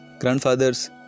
grandfathers